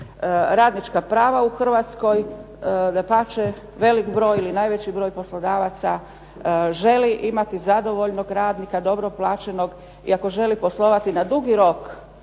radnička prava u Hrvatskoj. Dapače velik broj ili najveći broj poslodavaca želi imati zadovoljnog radnika, dobro plaćenog i ako želi poslovati na dugi rok,